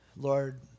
Lord